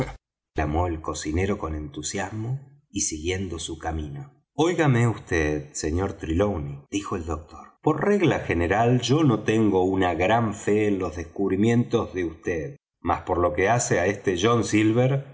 clamó el cocinero con entusiasmo y siguiendo su camino oigame vd sr trelawney dijo el doctor por regla general yo no tengo una gran fe en los descubrimientos de vd mas por lo que hace á este john silver